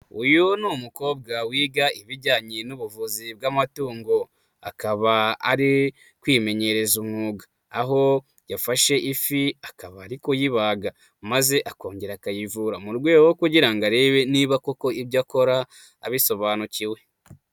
Uyu ni umukobwa wiga ibijyanye n'ubuvuzi bw'amatungo, akaba ari kwimenyereza umwuga, aho yafashe ifi akaba ari kuyibaga maze akongera akayivura, mu rwego rwo kugira ngo arebe niba koko ibyo akora abisobanukiwe.